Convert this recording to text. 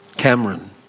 Cameron